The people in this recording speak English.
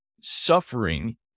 suffering